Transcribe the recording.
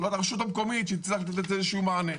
על הרשות המקומית שתצטרך לתת איזשהו מענה.